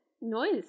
Noise